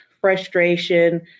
frustration